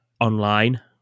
online